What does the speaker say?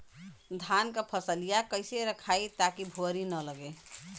धान क फसलिया कईसे रखाई ताकि भुवरी न लगे?